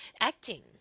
acting